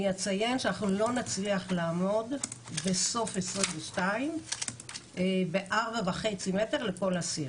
אני אציין שאנחנו לא נצליח לעמוד בסוף 2022 ב-4.5 מטר לכל אסיר.